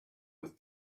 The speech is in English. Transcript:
with